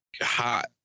hot